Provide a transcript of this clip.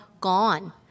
gone